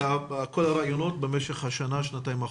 כל הראיונות במשך השנה שנתיים האחרונות.